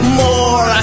more